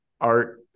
art